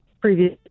previous